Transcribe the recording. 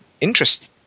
interest